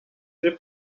tre